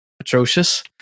atrocious